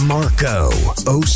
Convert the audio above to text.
Marco